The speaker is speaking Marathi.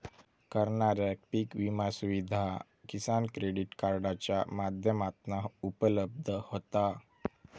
करणाऱ्याक पीक विमा सुविधा किसान क्रेडीट कार्डाच्या माध्यमातना उपलब्ध होता